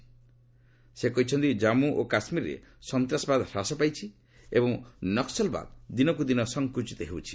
ଶ୍ରୀ ଜାଭ୍ଡେକର କହିଛନ୍ତି କମ୍ମୁ ଓ କାଶ୍ମୀରରେ ସନ୍ତାସବାଦ ହ୍ରାସ ପାଇଛି ଏବଂ ନକ୍କଲବାଦ ଦିନକୁ ଦିନ ସଙ୍କୁଚିତ ହେଉଛି